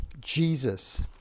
Jesus